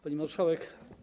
Pani Marszałek!